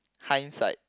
kinds like